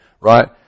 right